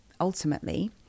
ultimately